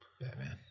Batman